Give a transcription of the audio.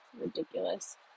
ridiculous